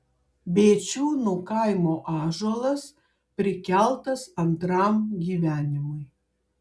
bėčiūnų kaimo ąžuolas prikeltas antram gyvenimui